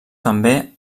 també